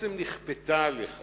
שבעצם נכפתה עליך